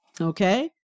okay